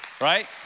Right